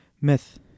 Myth